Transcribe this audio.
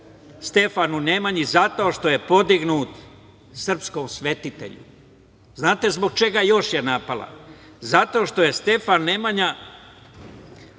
Stefanu Nemanji zato što je podignut srpskom svetitelju. Znate li zbog čega je još napala? Zato što je Stefan Nemanja